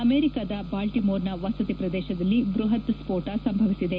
ಅಮೆರಿಕದ ಬಾಲ್ಟಿಮೋರ್ನ ವಸತಿ ಪ್ರದೇಶದಲ್ಲಿ ಬೃಹತ್ ಸ್ಫೋಟ ಸಂಭವಿಸಿದೆ